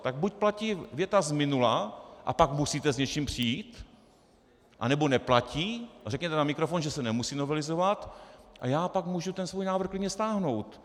Tak buď platí věta z minula, a pak musíte s něčím přijít, anebo neplatí a řekněte na mikrofon, že se nemusí novelizovat, a já pak mohu ten svůj návrh klidně stáhnout.